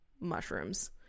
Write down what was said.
mushrooms